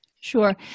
Sure